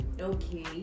okay